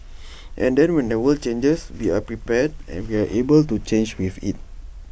and then when the world changes we are prepared and we are able to change with IT